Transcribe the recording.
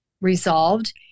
resolved